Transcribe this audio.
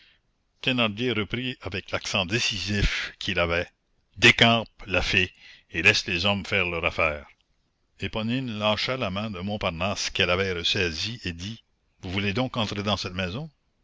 reprit avec l'accent décisif qu'il avait décampe la fée et laisse les hommes faire leurs affaires éponine lâcha la main de montparnasse qu'elle avait ressaisie et dit vous voulez donc entrer dans cette maison